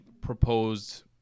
proposed